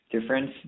difference